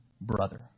brother